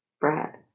Brad